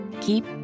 keep